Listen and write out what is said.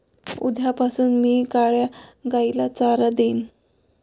उद्यापासून मी काळ्या गाईला चारा देईन